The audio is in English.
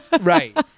Right